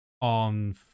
on